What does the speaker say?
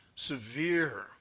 Severe